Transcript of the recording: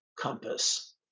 compass